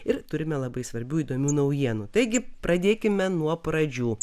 ir turime labai svarbių įdomių naujienų taigi pradėkime nuo pradžių